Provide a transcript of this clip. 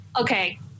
Okay